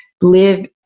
live